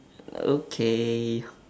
okay